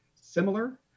similar